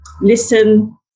listen